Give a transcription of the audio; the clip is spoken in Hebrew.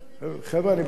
זה רק